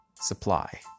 supply